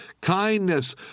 kindness